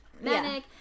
manic